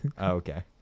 okay